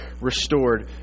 restored